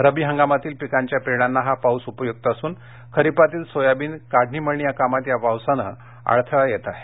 रब्बी हंगामातील पिकांच्या पेरण्याना हा पाउस उपयुक असून खरीपातील सोयाबीन काढणी मळणी या कामात ह्या पावसामुळे अडथळा निर्माण होत आहे